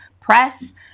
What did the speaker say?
press